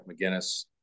McGinnis